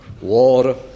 war